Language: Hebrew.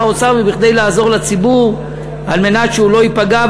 האוצר וכדי לעזור לציבור על מנת שהוא לא ייפגע.